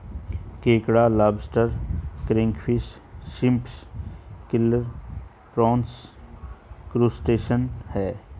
केकड़ा lobster crayfish shrimp krill prawns crustacean है